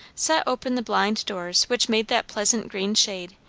set open the blind doors which made that pleasant green shade,